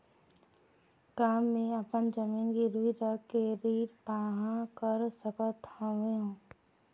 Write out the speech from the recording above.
का मैं अपन जमीन गिरवी रख के ऋण पाहां कर सकत हावे?